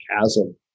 chasm